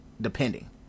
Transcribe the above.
depending